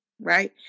Right